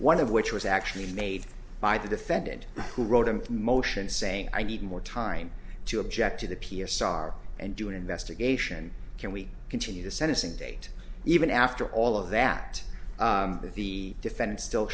one of which was actually made by the defendant who wrote a motion saying i need more time to object to the p s r and do an investigation can we continue the sentencing date even after all of that if the defendant still